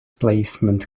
placement